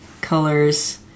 colors